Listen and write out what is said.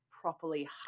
properly